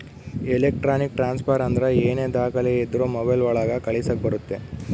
electronic transfer ಅಂದ್ರ ಏನೇ ದಾಖಲೆ ಇದ್ರೂ ಮೊಬೈಲ್ ಒಳಗ ಕಳಿಸಕ್ ಬರುತ್ತೆ